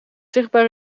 zichtbaar